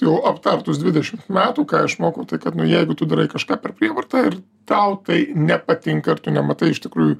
jau aptartus dvidešimt metų ką išmokau tai kad nu jeigu tu darai kažką per prievartą ir tau tai nepatinka ir tu nematai iš tikrųjų